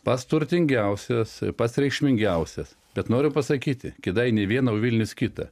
pats turtingiausias pats reikšmingiausias bet noriu pasakyti kėdainiai viena o vilnius kita